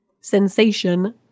sensation